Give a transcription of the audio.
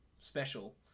special